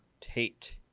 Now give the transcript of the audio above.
Tate